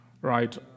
right